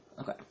Okay